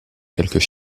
quelques